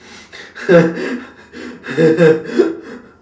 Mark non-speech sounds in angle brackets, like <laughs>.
<laughs>